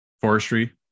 forestry